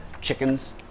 chickens